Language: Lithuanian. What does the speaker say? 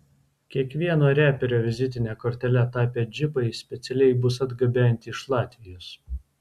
kiekvieno reperio vizitine kortele tapę džipai specialiai bus atgabenti iš latvijos